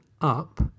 up